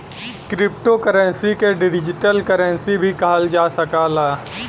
crypto currency के digital currency भी कहल जा सकला